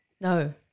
No